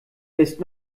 ist